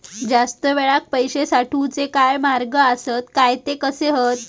जास्त वेळाक पैशे साठवूचे काय मार्ग आसत काय ते कसे हत?